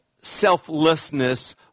selflessness